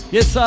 Yes